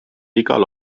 igal